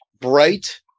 bright